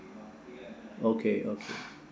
okay okay